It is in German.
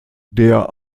der